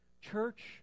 Church